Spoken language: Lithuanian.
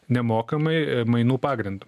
nemokamai mainų pagrindu